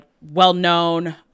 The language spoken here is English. well-known